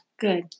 Good